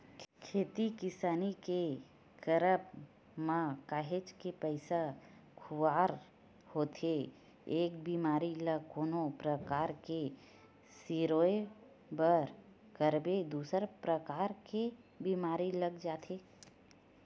खेती किसानी के करब म काहेच के पइसा खुवार होथे एक बेमारी ल कोनो परकार ले सिरोय बर करबे दूसर परकार के बीमारी लग जाथे